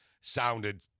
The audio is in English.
sounded